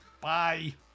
Bye